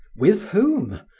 with whom,